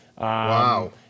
Wow